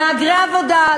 מהגרי עבודה,